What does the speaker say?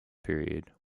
period